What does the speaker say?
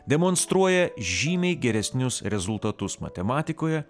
demonstruoja žymiai geresnius rezultatus matematikoje